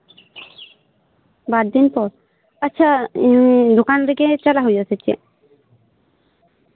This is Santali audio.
ᱵᱟᱨ ᱫᱤᱱ ᱯᱚᱨ ᱟᱪᱪᱷᱟ ᱫᱚᱠᱟᱱ ᱨᱮᱜᱮ ᱪᱟᱞᱟᱜ ᱦᱩᱭᱩᱜ ᱟᱥᱮ ᱪᱮᱫ